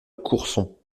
courson